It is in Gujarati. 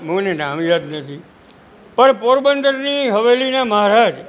મને નામ યાદ નથી પણ પોરબંદરની હવેલીના મહારાજ